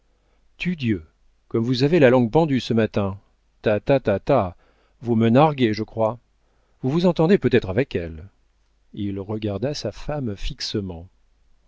comme vous avez la langue pendue ce matin ta ta ta ta vous me narguez je crois vous vous entendez peut-être avec elle il regarda sa femme fixement